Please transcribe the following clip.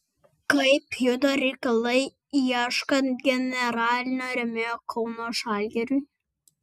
kaip juda reikalai ieškant generalinio rėmėjo kauno žalgiriui